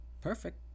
perfect